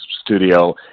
studio